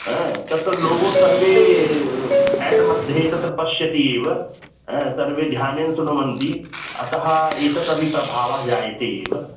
हा तत्र लोगो सर्वे एड् मध्ये तत्र पश्यति एव सर्वे ध्यानेन शृण्वन्ति अतः एतत् अपि प्रभावः जायते एव